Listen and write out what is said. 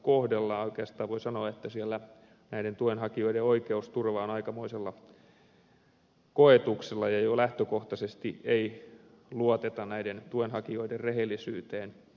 oikeastaan voi sanoa että siellä näiden tuenhakijoiden oikeusturva on aikamoisella koetuksella kun jo lähtökohtaisesti ei luoteta näiden tuenhakijoiden rehellisyyteen